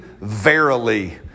verily